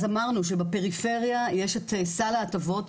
אז אמרנו, שבפריפריה יש את סל ההטבות.